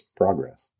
progress